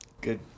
Good